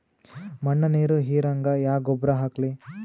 ಮಣ್ಣ ನೀರ ಹೀರಂಗ ಯಾ ಗೊಬ್ಬರ ಹಾಕ್ಲಿ?